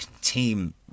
team